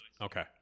Okay